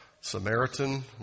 Samaritan